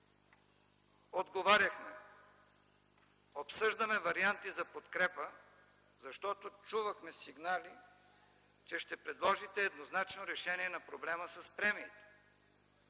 отговаряхме: „Обсъждаме варианти за подкрепа, защото чувахме сигнали, че ще предложите еднозначно решение на проблема с премиите.”